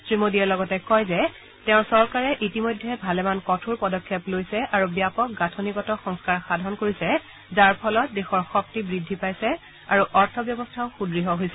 শ্ৰীমোডীয়ে লগতে কয় যে তেওঁৰ চৰকাৰে ইতিমধ্যে ভালেমান কঠোৰ পদক্ষেপ লৈছে আৰু ব্যাপক গাঁঠনিগত সংস্থাৰ সাধন কৰিছে যাৰ ফলত দেশৰ শক্তি বৃদ্ধি পাইছে আৰু অৰ্থব্যৱস্থাও সুদ্য় হৈছে